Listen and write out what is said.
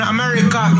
America